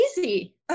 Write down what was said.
easy